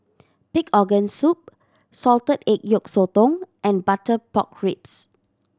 pig organ soup salted egg yolk sotong and butter pork ribs